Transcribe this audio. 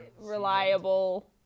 Reliable